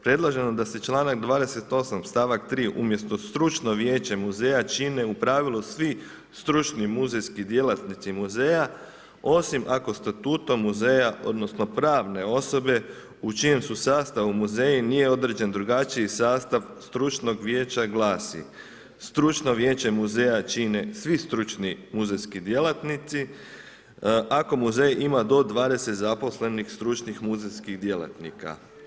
Predloženo je da se članak 28. stavak 3. umjesto Stručno vijeće muzeja čine u pravilu svi stručni muzejski djelatnici muzeja osim ako Statutom muzeja, odnosno pravne osobe u čijem su sastavu muzeji nije određen drugačiji sastav stručnog vijeća glasi: Stručno vijeće muzeja čine svi stručni muzejski djelatnici ako muzej ima do 20 zaposlenih stručnih muzejskih djelatnika.